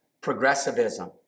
progressivism